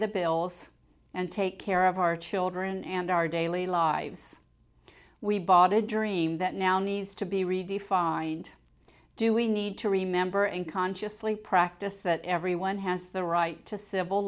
the bills and take care of our children and our daily lives we bought a dream that now needs to be redefined do we need to remember and consciously practice that everyone has the right to civil